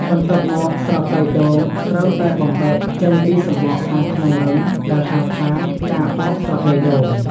បន្ទាប់មក ស្រកីដូងត្រូវតែបំបែកចេញពីសំបកខាងក្នុងរឹង ដែលហៅថា ការបកស្រកីដូង។